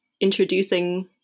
introducing